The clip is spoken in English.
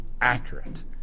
accurate